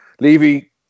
Levy